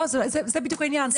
זה בדיוק העניין,